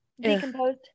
Decomposed